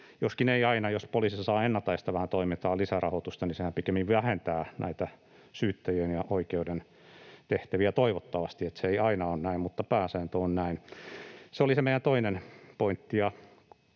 jos poliisi saa ennalta estävään toimintaan lisärahoitusta, niin sehän pikemminkin vähentää näitä syyttäjien ja oikeuden tehtäviä, toivottavasti — se ei aina ole näin, mutta pääsääntö on näin. Se oli se meidän toinen pointtimme,